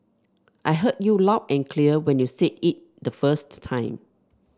I heard you loud and clear when you said it the first time